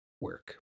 work